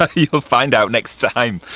ah you'll find out next time.